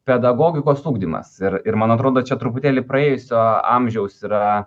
pedagogikos ugdymas ir ir man atrodo čia truputėlį praėjusio amžiaus yra